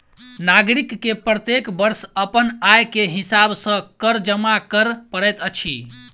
नागरिक के प्रत्येक वर्ष अपन आय के हिसाब सॅ कर जमा कर पड़ैत अछि